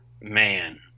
Man